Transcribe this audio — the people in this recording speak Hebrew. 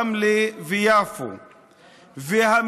רמלה, יפו והמשולש,